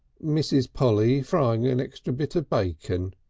mrs. polly frying an extra bit of bacon.